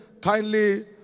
kindly